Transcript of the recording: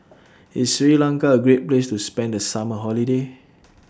IS Sri Lanka A Great Place to spend The Summer Holiday